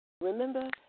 Remember